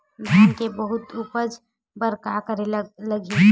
धान के बहुत उपज बर का करेला लगही?